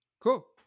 cool